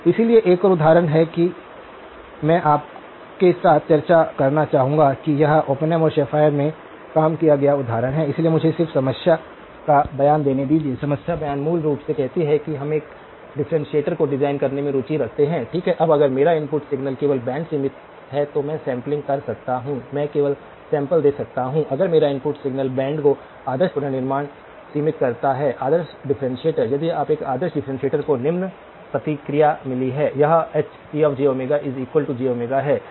इसलिए एक और उदाहरण है कि मैं आपके साथ चर्चा करना चाहूंगा कि यह ओपेनहेम और शेफ़र में काम किया गया उदाहरण है इसलिए मुझे सिर्फ समस्या का बयान देना चाहिए समस्या बयान मूल रूप से कहती है कि हम एक डिफ्रेंटिएटर को डिजाइन करने में रुचि रखते हैं ठीक है अब अगर मेरा इनपुट सिग्नल केवल बैंड सीमित है तो मैं सैंपलिंग कर सकता हूं मैं केवल सैंपल दे सकता हूं अगर मेरा इनपुट सिग्नल बैंड को आदर्श पुनर्निर्माण सीमित करता है आदर्श डिफ्रेंटिएटर यदि आप एक आदर्श डिफ्रेंटिएटर को निम्न प्रतिक्रिया मिली है